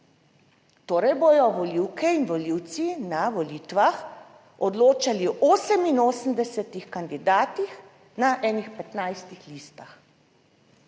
Torej bodo volivke in volivci na volitvah odločali o 88 kandidatih na enih 15 listah